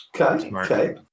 Okay